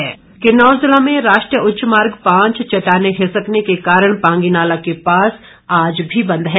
NH Kinnaur जिला में राष्ट्रीय उच्च मार्ग पांच चट्टाने खिसकने के कारण पांगी नाला के पास आज भी बंद है